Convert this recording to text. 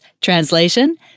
Translation